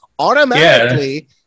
Automatically